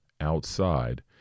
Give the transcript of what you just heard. outside